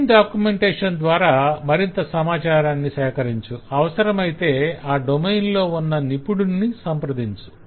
domain documentation ద్వార మరింత సమాచారాన్ని సేకరించు అవసరమైతే ఆ డొమైన్ లో ఉన్న నిపుణుడిని సంప్రదించు